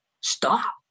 stop